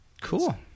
Cool